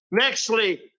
Nextly